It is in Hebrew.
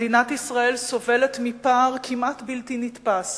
מדינת ישראל סובלת מפער כמעט בלתי נתפס